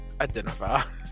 identify